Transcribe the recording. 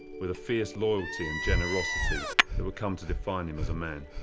with a fierce loyalty and generosity that would come to define him as a man.